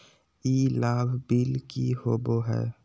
ई लाभ बिल की होबो हैं?